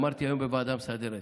אמרתי היום בוועדה המסדרת,